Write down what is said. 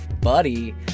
Buddy